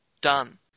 Done